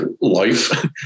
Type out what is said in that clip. life